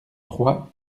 trois